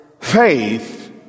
faith